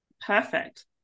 Perfect